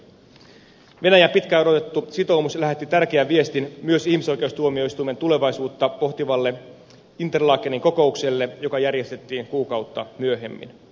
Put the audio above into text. venäjän pitkään odotettu sitoumus lähetti tärkeän viestin myös ihmisoikeustuomioistuimen tulevaisuutta pohtivalle interlakenin kokoukselle joka järjestettiin kuukautta myöhemmin